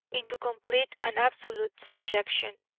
into complete and absolute subjection,